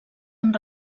amb